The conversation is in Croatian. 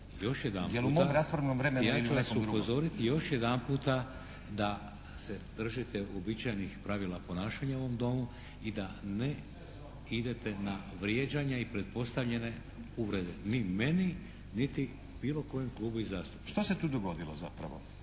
još jedanputa da se držite uobičajenih pravila ponašanja u ovom Domu i da ne idete na vrijeđanja i pretpostavljene uvrede ni meni niti bilo kojem klubu i zastupniku. **Stazić, Nenad